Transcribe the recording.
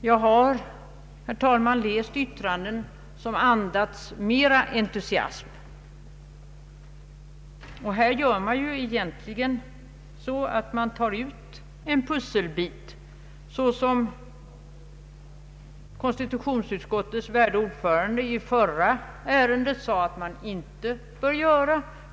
Jag har, herr talman, läst yttranden som andats mer entusiasm. Här tar man egentligen ut en pusselbit på det sätt, som konstitutionsutskottets värderade ordförande vid behandlingen av det förra ärendet sade, att man inte bör göra.